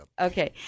Okay